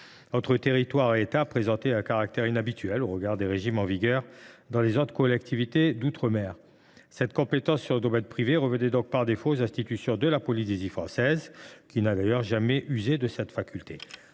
entre territoires et État présentait un caractère inhabituel, au regard des régimes en vigueur dans les autres collectivités d’outre mer. La compétence sur le domaine privé revenait donc, par défaut, aux institutions de la Polynésie, qui n’ont d’ailleurs jamais usé de cette faculté.